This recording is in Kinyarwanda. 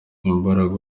imbaraga